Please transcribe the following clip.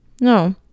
no